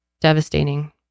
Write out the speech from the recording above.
devastating